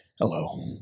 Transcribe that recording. Hello